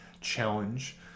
challenge